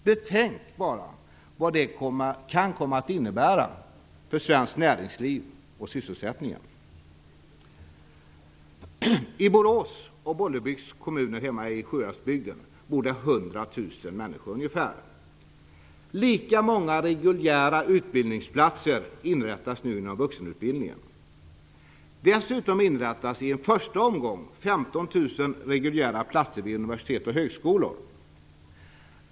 Betänk bara vad det kan komma att innebära för svenskt näringsliv och för sysselsättningen! I Borås och Bollebygds kommuner hemma i Sjuhäradsbygden bor ungefär 100 000 människor. Lika många reguljära utbildningsplatser inrättas nu inom vuxenutbildningen. Dessutom inrättas i en första omgång 15 000 reguljära platser inom universitet och högskolor.